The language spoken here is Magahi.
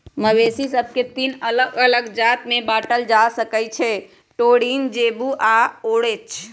मवेशि सभके तीन अल्लग अल्लग जात में बांटल जा सकइ छै टोरिन, जेबू आऽ ओरोच